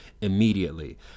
immediately